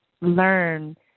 learn